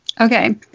Okay